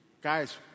Guys